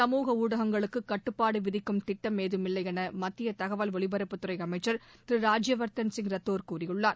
சமூக ஊடகங்களுக்கு கட்டுப்பாடு விதிக்கும் திட்டம் ஏதும் இல்லையென மத்திய தகவல் ஒலிபரப்புத்துறை அமைச்சர் திரு ராஜ்யவர்தன் சிங் ரத்தோர் கூறியுள்ளார்